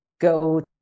go